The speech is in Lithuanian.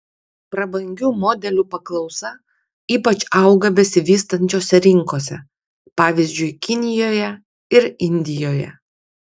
prabangių modelių paklausa ypač auga besivystančiose rinkose pavyzdžiui kinijoje ir indijoje